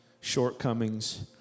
shortcomings